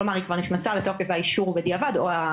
כלומר היא כבר נכנסה לתוקף והאישור הוא בדיעבד,